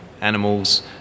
animals